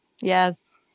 yes